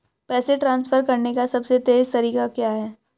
पैसे ट्रांसफर करने का सबसे तेज़ तरीका क्या है?